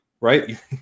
right